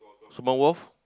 small wharf